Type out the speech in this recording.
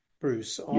Bruce